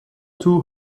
two